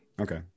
okay